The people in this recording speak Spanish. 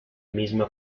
misma